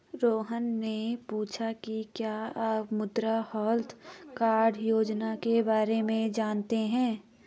रोहन ने पूछा कि क्या आप मृदा हैल्थ कार्ड योजना के बारे में जानते हैं?